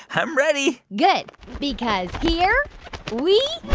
i'm ready good because here we